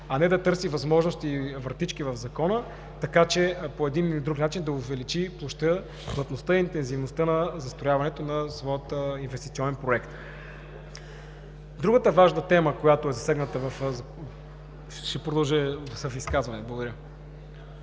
а не да търси възможности и вратички в Закона, така че по един или друг начин да увеличи площта, плътността, интензивността на застрояването на своя инвестиционен проект. Другата важна тема, която е засегната в… (Председателят дава